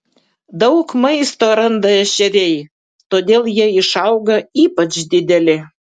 daug maisto randa ešeriai todėl jie išauga ypač dideli